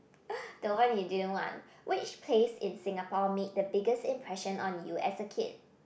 the one you didn't want which place in Singapore met the biggest impression on you as a kid